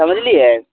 समझलियै